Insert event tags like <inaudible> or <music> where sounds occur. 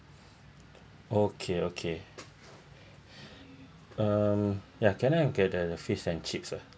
okay okay <breath> um yeah can I get the fish and chips ah